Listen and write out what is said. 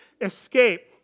escape